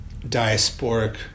diasporic